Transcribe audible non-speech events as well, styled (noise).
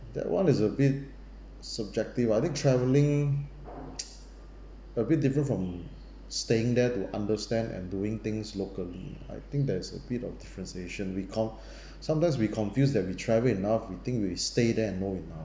that one is a bit subjective ah I think travelling (noise) a bit different from staying there to understand and doing things locally I think there is a bit of differentiation we con~ (breath) sometimes we confuse that we travel enough we think stay there and know enough